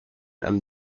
and